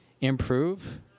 improve